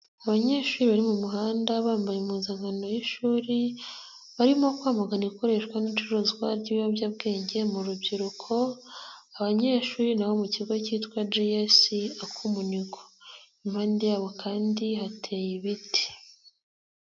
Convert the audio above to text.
Abanyeshuri bari mu muhanda bambaye impuzankanno y'ishuri barimo kwamagana ikoreshwa n'icuruzwa ry'ibiyobyabwenge mu rubyiruko, abanyeshuri nabo mu kigo cyitwa GS Akumunigo, impande yabo kandi hateye ibiti.